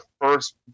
first